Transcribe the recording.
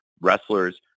wrestlers